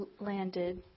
landed